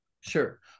Sure